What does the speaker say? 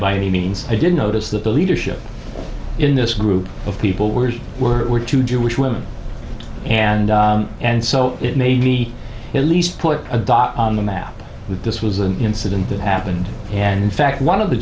by any means i did notice that the leadership in this group of people we're we're we're two jewish women and and so it may be at least put a dot on the map this was an incident that happened and in fact one of the